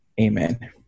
Amen